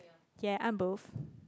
ya I'm both